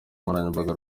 nkoranyambaga